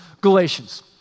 Galatians